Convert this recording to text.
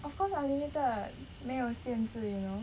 of course unlimited 没有限制 you know